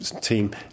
team